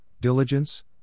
diligence